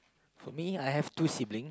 for me I have two siblings